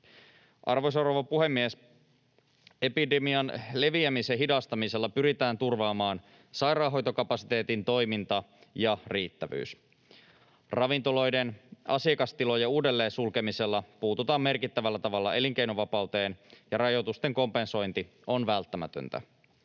Arvoisa rouva puhemies! Epidemian leviämisen hidastamisella pyritään turvaamaan sairaanhoitokapasiteetin toiminta ja riittävyys. Ravintoloiden asiakastilojen uudelleen sulkemisella puututaan merkittävällä tavalla elinkeinovapauteen, ja rajoitusten kompensointi on välttämätöntä.